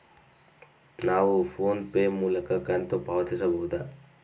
ನಾವು ಫೋನ್ ಪೇ ಮೂಲಕ ಕಂತು ಪಾವತಿಸಬಹುದಾ?